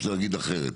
אפשר להגיד אחרת.